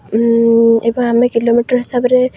ଏବଂ ଆମେ କିଲୋମିଟର୍ ହିସାବରେ